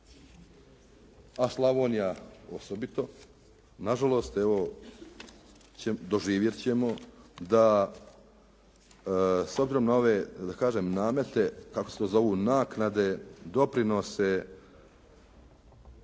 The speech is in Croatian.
a Slavonija osobito, nažalost evo doživjet ćemo da s obzirom na ove da kažem namete kako se to zovu naknade, doprinose